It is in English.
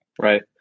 Right